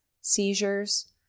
seizures